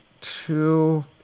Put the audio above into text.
Two